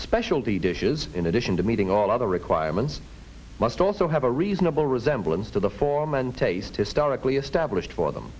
specialty dishes in addition to meeting all other requirements must also have a reasonable resemblance to the form and taste historically established for them